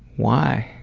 why?